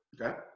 Okay